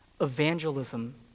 evangelism